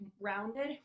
rounded